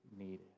needed